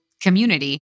community